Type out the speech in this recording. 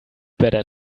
better